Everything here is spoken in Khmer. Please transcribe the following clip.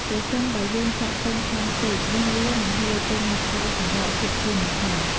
ប្រសិនបើយើងចាក់ពេញខ្លាំងពេកនោះវានឹងហៀរចេញមកក្រៅសំបកជាក់ជាមិនខាន។